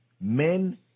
Men